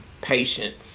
patient